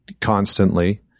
constantly